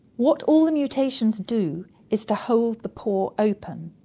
what all the mutations do is to hold the pore open,